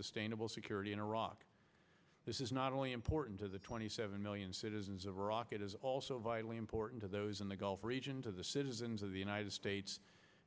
sustainable security in iraq this is not only important to the twenty seven million citizens of iraq it is also vialli important to those in the gulf region to the citizens of the united states